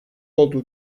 olduğu